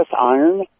iron